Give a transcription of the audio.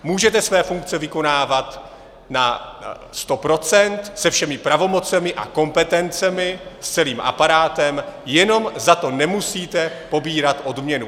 Můžete své funkce vykonávat na sto procent, se všemi pravomocemi a kompetencemi, s celým aparátem, jenom za to nemusíte pobírat odměnu.